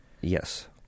Yes